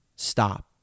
Stop